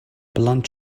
blunt